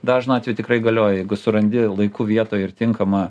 dažnu atveju tikrai galioja jeigu surandi laiku vietoj ir tinkamą